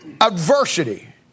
adversity